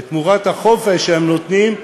ותמורת החופש שהם נותנים,